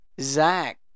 Zach